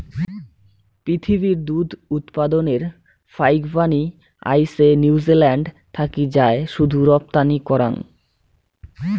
পিথীবির দুধ উৎপাদনের ফাইকবানী আইসে নিউজিল্যান্ড থাকি যায় শুধু রপ্তানি করাং